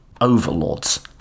overlords